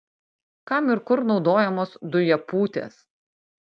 kam ir kur naudojamos dujopūtės